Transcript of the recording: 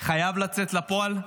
חייב לצאת לפועל.